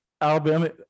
Alabama –